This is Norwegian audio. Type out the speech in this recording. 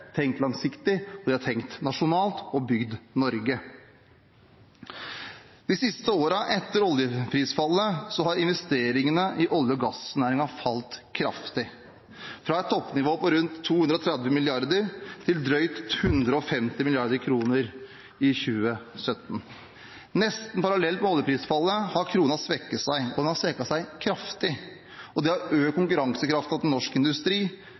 tenkt langsiktig, de har tenkt nasjonalt og bygd Norge. De seneste årene, etter oljeprisfallet, har investeringene i olje og gassnæringen falt kraftig – fra et toppnivå på rundt 230 mrd. kr til drøyt 150 mrd. kr i 2017. Nesten parallelt med oljeprisfallet har kronen svekket seg, og den har svekket seg kraftig. Det har økt konkurransekraften til norsk industri,